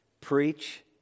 Preach